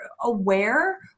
aware